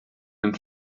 den